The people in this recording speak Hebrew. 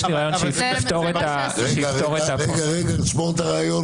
יש לי רעיון שיפתור --- שמור את הרעיון.